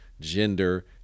gender